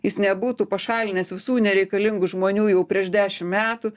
jis nebūtų pašalinęs visų nereikalingų žmonių jau prieš dešim metų